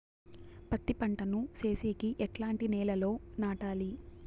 పత్తి పంట ను సేసేకి ఎట్లాంటి నేలలో నాటాలి?